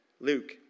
Luke